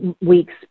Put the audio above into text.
weeks